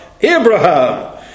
Abraham